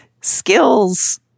skills